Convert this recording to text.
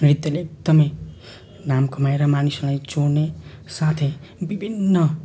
नृत्यले एकदमै नाम कमाएर मानिसलाई जोड्ने साथै विभिन्न